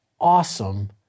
awesome